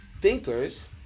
thinkers